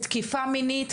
תקיפה מינית,